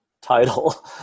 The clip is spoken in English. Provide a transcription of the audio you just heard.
title